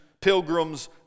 pilgrims